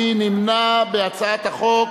מי נמנע, בהצעת החוק